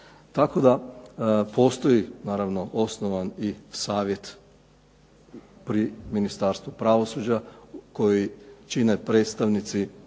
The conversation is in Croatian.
Tako da postoji naravno osnovan i savjet pri Ministarstvu pravosuđa koji čine predstavnici